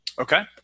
Okay